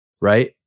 Right